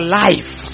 life